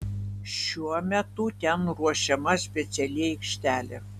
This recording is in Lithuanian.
šiuo metu ten ruošiama speciali aikštelė